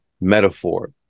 metaphor